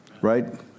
Right